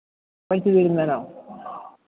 പഠിച്ച് തീരുന്നതിനോ